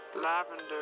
Lavender